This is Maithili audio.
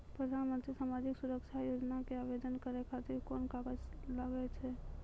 प्रधानमंत्री समाजिक सुरक्षा योजना के आवेदन करै खातिर कोन कागज लागै छै?